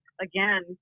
again